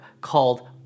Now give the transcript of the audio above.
called